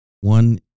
One